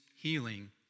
healing